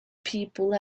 people